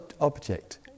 object